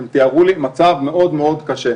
הם תיארו לי מצב מאוד מאוד קשה.